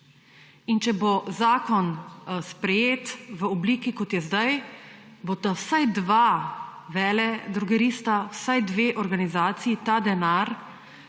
Če bo zakon sprejet v obliki, kot je zdaj, bosta vsaj dva veledrogerista, vsaj dve organizaciji ta denar